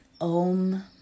OM